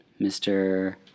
mr